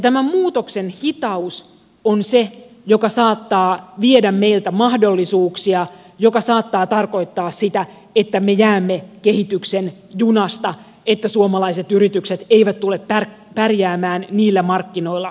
tämä muutoksen hitaus on se asia joka saattaa viedä meiltä mahdollisuuksia ja saattaa tarkoittaa sitä että me jäämme kehityksen junasta että suomalaiset yritykset eivät tule pärjäämään niillä markkinoilla jotka kasvavat